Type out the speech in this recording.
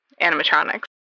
animatronics